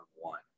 one